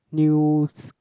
new